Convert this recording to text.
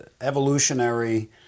evolutionary